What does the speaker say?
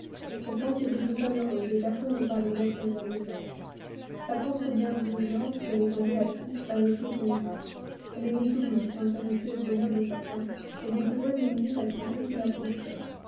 pourtant c'était une femme heureuse et personne ne parlait d'elle sans bienveillance sa propre bienveillance qu'elle étendait à tous avait fait ce miracle elle aimait tout le monde s'intéressait au bonheur de chacun et découvrait des mérites à tous ceux qui l'approchaient